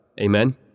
amen